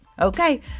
Okay